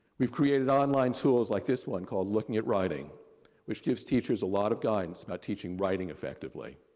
we've created online tools like this one called, looking at writing which gives teachers a lot of guidance about teaching writing effectively.